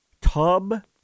tub